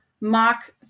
mock